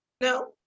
No